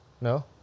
No